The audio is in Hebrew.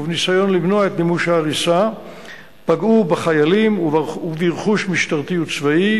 ובניסיון למנוע את מימוש ההריסה פגעו בחיילים וברכוש משטרתי וצבאי,